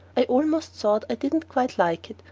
i almost thought i didn't quite like it,